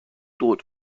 droht